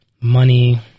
money